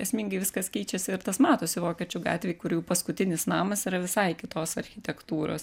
esmingai viskas keičiasi ir tas matosi vokiečių gatvėj kur jau paskutinis namas yra visai kitos architektūros